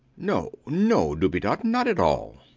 no, no, dubedat. not at all.